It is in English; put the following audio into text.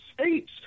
states